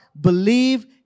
believe